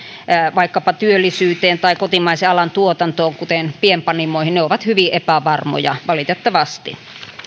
vaikkapa työllisyyteen tai kotimaisen alan tuotantoon kuten pienpanimoihin ovat hyvin epävarmoja valitettavasti